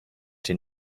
den